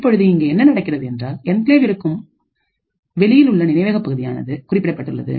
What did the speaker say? இப்பொழுது இங்கே என்ன நடக்கிறது என்றால் என்கிளேவ் இருக்கு வெளியிலுள்ள நினைவக பகுதியானது குறிப்பிடப்பட்டுள்ளது